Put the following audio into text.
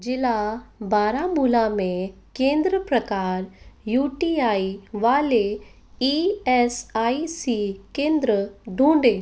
ज़िला बारामुला में केंद्र प्रकार यू टी आई वाले ई एस आई सी केंद्र ढूँढें